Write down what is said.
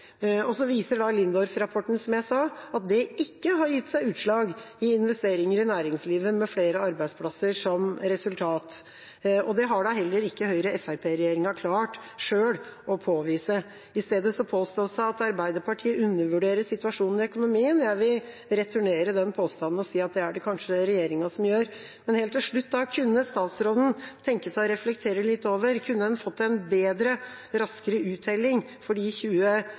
Så viser Lindorff-rapporten – som jeg sa – at det ikke har gitt seg utslag i investeringer i næringslivet, med flere arbeidsplasser som resultat. Det har heller ikke Høyre–Fremskrittsparti-regjeringa selv klart å påvise. I stedet påstås det at Arbeiderpartiet undervurderer situasjonen i økonomien. Jeg vil returnere den påstanden og si at det kanskje er regjeringa som gjør det. Men helt til slutt: Kunne statsråden tenke seg å reflektere litt over om en kunne fått en bedre og raskere uttelling for de